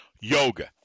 yoga